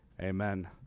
amen